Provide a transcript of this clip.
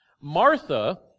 Martha